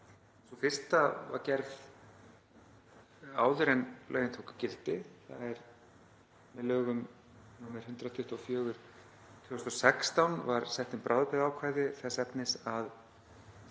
Sú fyrsta var gerð áður en lögin tóku gildi. Með lögum nr. 124/2016 var sett inn bráðabirgðaákvæði þess efnis að